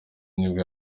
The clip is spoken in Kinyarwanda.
nibwo